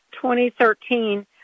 2013